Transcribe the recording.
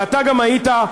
ואתה גם היית,